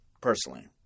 personally